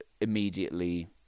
immediately